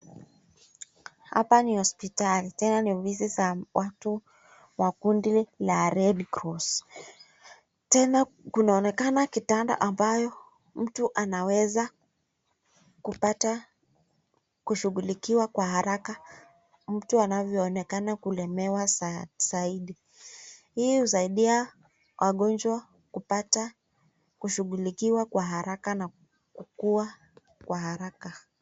Hapa ni hospitali tena ni ofisi za watu wa kundi la Red cross . Tena kunaonekana kitanda ambayo mtu anaweza kupata kushughulikiwa kwa haraka, mtu anavyoonekana kulemewa zaidi. Hii husaidia wagonjwa kupata kushughulikiwa kwa haraka na kukua kwa haraka.